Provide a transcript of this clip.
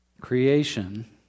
creation